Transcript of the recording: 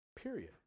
Period